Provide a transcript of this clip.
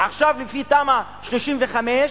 עכשיו, לפי תמ"א 35,